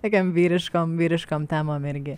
tokiom vyriškom vyriškom temom irgi